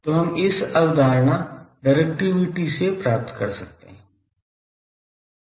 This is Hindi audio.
तो हम इस अवधारणा डायरेक्टिविटी से प्राप्त कर सकें